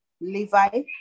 Levi